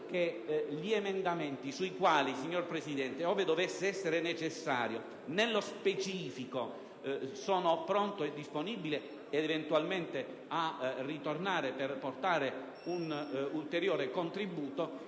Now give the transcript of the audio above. che gli emendamenti - sui quali, ove dovesse essere necessario, nello specifico sono disponibile eventualmente a ritornare per portare un ulteriore contributo